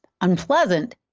unpleasant